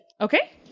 Okay